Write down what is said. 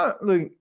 look